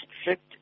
strict